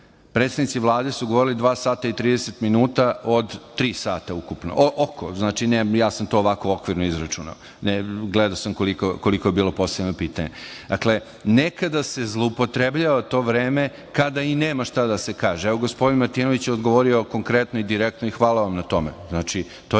poslanika. Predstavnici Vlade su govorili dva sata i 30 minuta od tri sata ukupno, oko, ja sam to ovako okvirno izračunao. Gledao sam koliko je bilo postavljeno pitanje. Nekada se zloupotrebljava to vreme kada i nema šta da se kaže. Evo gospodin Martinović je odgovorio konkretno i direktno i hvala vam na tome.